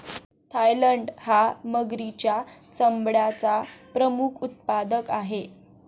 Thailand हा मगरीच्या चामड्याचा प्रमुख उत्पादक आहे